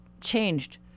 changed